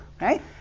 right